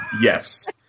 Yes